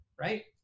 right